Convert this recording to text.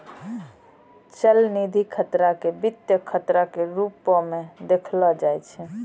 चलनिधि खतरा के वित्तीय खतरो के रुपो मे देखलो जाय छै